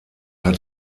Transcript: hat